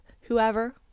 whoever